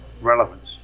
relevance